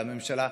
לממשלה,